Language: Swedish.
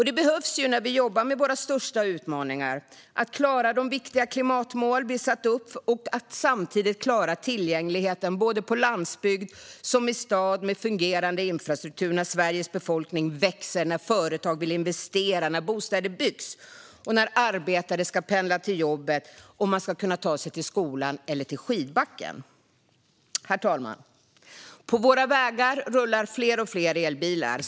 Det behövs när vi jobbar med våra största utmaningar: att klara de viktiga klimatmål vi satt upp och samtidigt klara tillgängligheten såväl på landsbygd som i stad med fungerande infrastruktur när Sveriges befolkning växer, när företag vill investera, när bostäder byggs, när arbetare ska pendla till jobbet och när människor ska kunna ta sig till skolan eller till skidbacken. Herr talman! På våra vägar rullar fler och fler elbilar.